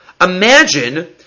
Imagine